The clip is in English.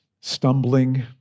stumbling